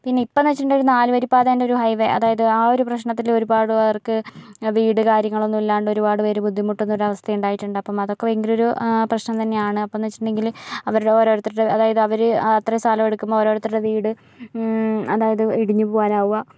പിന്നെ ഇപ്പേന്ന് വെച്ചിട്ടുണ്ടെങ്കി നാല് വരി പാതേൻ്റെ ഒരു ഹൈവേ ആ ഒരു പ്രശനത്തില് ഒരു പാട് പേർക്ക് വീട് കാര്യങ്ങളൊന്നൂല്ലാണ്ട് ഒരു പാട് ബുദ്ധിമുട്ടുന്ന ഒരു അവസ്ഥ ഇണ്ടായിട്ടുണ്ട് അതൊക്കെ ഭയങ്കര ഒരു പ്രശ്നം തന്നെയാണ് അപ്പന്ന് വെച്ചിട്ടുണ്ടെങ്കില് അവരുടെ ഓരോരുത്തരുടെ അതായത് അവര് അത്രേം സ്ഥലോടുക്കുമ്പോ ഓരോരുത്തരുടെ വീട് അതായത് ഇടിഞ്ഞ് പോകാറാവുക